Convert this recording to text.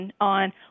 on